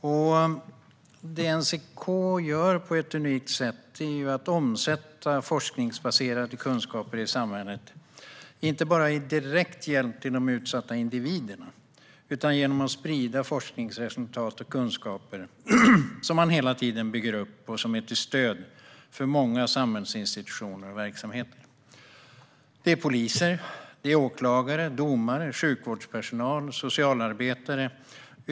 NCK omsätter på ett unikt sätt forskningsbaserade kunskaper i samhället. Det är inte bara fråga om direkt hjälp till de utsatta individerna utan även om att sprida forskningsresultat och kunskaper som hela tiden byggs upp och är till stöd för många samhällsinstitutioner och verksamheter. Det är fråga om poliser, åklagare, domare, sjukvårdspersonal och socialarbetare.